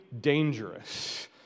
dangerous